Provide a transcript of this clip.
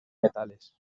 metales